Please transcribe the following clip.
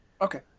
Okay